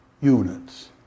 units